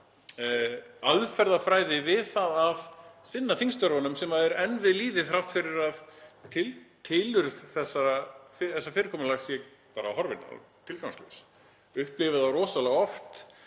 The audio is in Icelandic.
aðferðafræði við að sinna þingstörfunum sem er enn við lýði þrátt fyrir að tilurð þessa fyrirkomulags sé bara horfin og tilgangslaus. Ég upplifi það rosalega oft